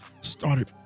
started